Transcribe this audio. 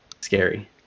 scary